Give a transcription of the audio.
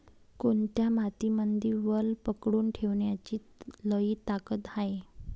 कोनत्या मातीमंदी वल पकडून ठेवण्याची लई ताकद हाये?